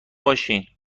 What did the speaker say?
باشین